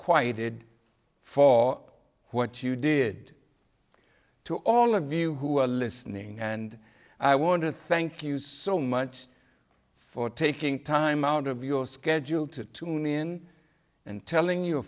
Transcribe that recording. did for what you did to all of you who are listening and i want to thank you so much for taking time out of your schedule to tune in and telling your